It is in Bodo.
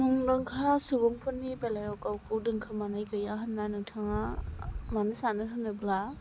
मुंदांखा सुबुंफोरनि बेलायाव गावखौ दोनखोमानाय गैया होनना नोंथाङा मानो सानो होनोब्ला